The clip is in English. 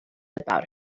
about